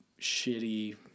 shitty